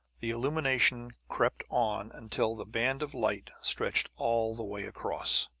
the illumination crept on until the band of light stretched all the way across.